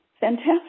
fantastic